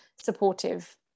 supportive